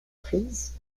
prise